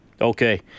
Okay